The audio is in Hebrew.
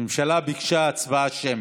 הממשלה ביקשה הצבעה שמית,